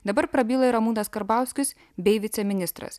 dabar prabyla ir ramūnas karbauskis bei viceministras